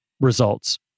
results